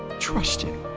trust him